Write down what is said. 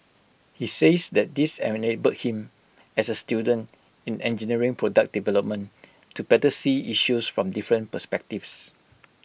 he says that this enabled him as A student in engineering product development to better see issues from different perspectives